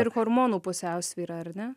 ir hormonų pusiausvyra ar ne